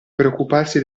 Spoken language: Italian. preoccuparsi